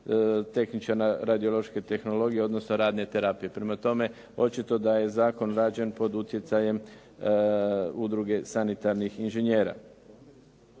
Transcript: tehničara radiološke tehnologije odnosno radne terapije. Prema tome, očito da je zakon rađen pod utjecajem udruge sanitarnih inžinjera.